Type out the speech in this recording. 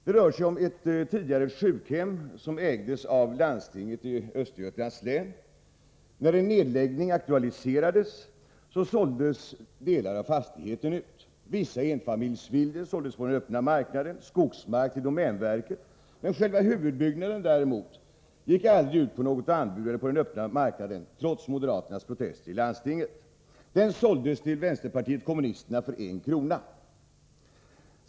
Det rör sig om ett tidigare sjukhem, som ägdes av landstinget i Östergötlands län. När en nedläggning aktualiserades såldes delar av fastigheten ut. Vissa enfamiljsvillor såldes på den öppna marknaden, och skogsmark såldes till domänverket. Själva huvudbyggnaden däremot gick aldrig ut till något anbudsförfarande eller på den öppna marknaden, trots moderaternas protester i landstinget. Den såldes till vänsterpartiet kommunisterna för en krona.